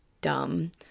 dumb